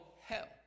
hell